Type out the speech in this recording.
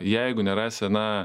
jeigu nerasi na